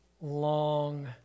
long